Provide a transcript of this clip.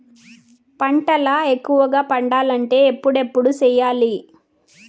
పంటల ఎక్కువగా పండాలంటే ఎప్పుడెప్పుడు సేయాలి?